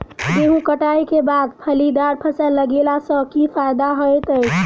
गेंहूँ कटाई केँ बाद फलीदार फसल लगेला सँ की फायदा हएत अछि?